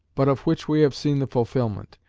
but of which we have seen the fulfilment.